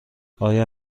آیا